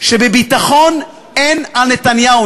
שבביטחון אין על נתניהו.